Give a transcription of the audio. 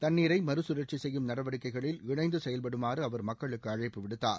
தண்ணீரை மறுகழற்சி செய்யும் நடவடிக்கைகளில் இணைந்து செயல்படுமாறு அவர் மக்களுக்கு அழைப்பு விடுத்தார்